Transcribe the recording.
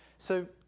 so,